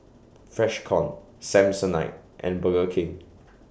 Freshkon Samsonite and Burger King